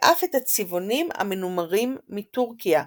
ואף את הצבעונים המנומרים מטורקיה,